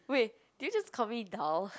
wait did you just call me dull